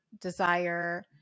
desire